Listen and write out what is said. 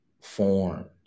formed